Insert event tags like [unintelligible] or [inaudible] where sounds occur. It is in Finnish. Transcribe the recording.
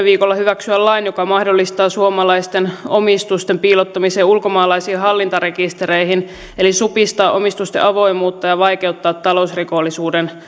[unintelligible] viikolla hyväksyä lain joka mahdollistaa suomalaisten omistusten piilottamisen ulkomaalaisiin hallintarekistereihin eli supistaa omistusten avoimuutta ja vaikeuttaa talousrikollisuuden